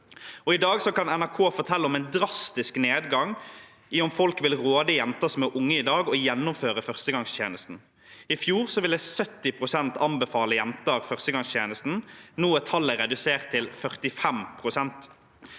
I dag kan NRK fortelle om en drastisk nedgang når det gjelder om folk vil råde jenter som er unge i dag, til å gjennomføre førstegangstjenesten. I fjor ville 70 pst. anbefalt jenter førstegangstjenesten, nå er tallet redusert til 45 pst.